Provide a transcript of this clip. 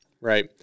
Right